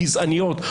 גזעניות,